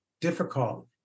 difficult